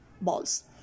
balls